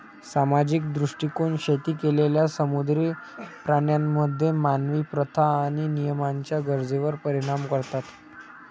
सामाजिक दृष्टीकोन शेती केलेल्या समुद्री प्राण्यांमध्ये मानवी प्रथा आणि नियमांच्या गरजेवर परिणाम करतात